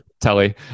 telly